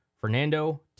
Fernando